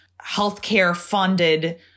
healthcare-funded